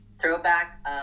Throwback